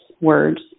words